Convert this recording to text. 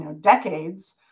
decades